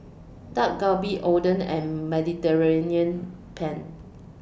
Dak Galbi Oden and Mediterranean Penne